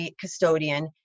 custodian